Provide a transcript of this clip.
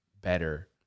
better